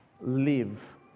live